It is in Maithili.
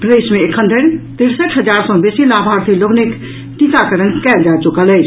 प्रदेश मे एखन धरि तिरसठि हजार सँ बेसी लाभार्थी लोकनिक टीकाकरण कयल जा चुकल अछि